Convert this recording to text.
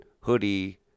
hoodie